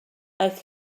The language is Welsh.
aeth